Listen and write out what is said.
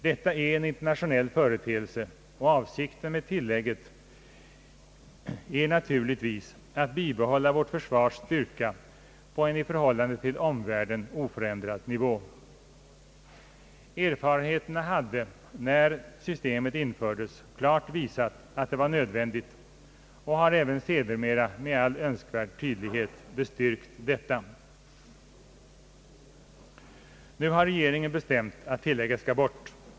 Detta är en internationell företeelse, och avsikten med tilllägget är naturligtvis att bibehålla vårt försvars styrka på en i förhållande till omvärlden oförändrad nivå. Erfarenhe terna hade när systemet infördes klart visat att det var nödvändigt och har även sedermera med all önskvärd tydlighet bestyrkt detta. Nu har regeringen bestämt att tillägget skall bort.